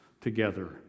together